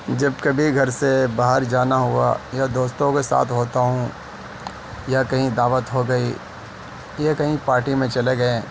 جب کبھی گھر سے باہر جانا ہوا یا دوستوں کے ساتھ ہوتا ہوں یا کہیں دعوت ہو گئی یا کہیں پارٹی میں چلے گئے